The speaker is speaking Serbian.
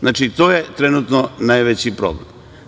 Znači, to je trenutno najveći problem.